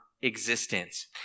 existence